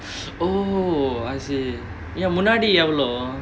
oh I see ya ஏன் முன்னாடி எவ்ளோ:yaen munaadi evlo